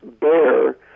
bear